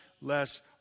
less